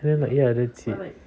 so but ya that's it